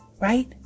right